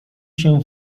się